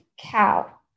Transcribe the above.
cow